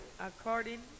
According